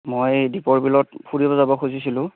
মই দীপৰ বিলত ফুৰিব যাব খুজিছিলোঁ